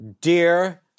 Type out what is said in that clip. Dear